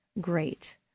great